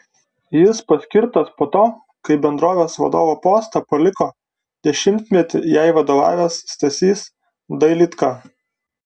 jis paskirtas po to kai bendrovės vadovo postą paliko dešimtmetį jai vadovavęs stasys dailydka